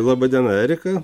laba diena erika